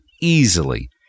easily